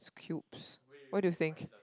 cubes what do you think